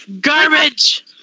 Garbage